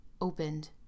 opened